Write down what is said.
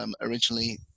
originally